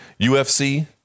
UFC